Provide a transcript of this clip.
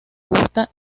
gusta